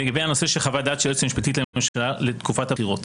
לגבי הנושא של חוות הדעת של היועצת המשפטית לממשלה לתקופת הבחירות.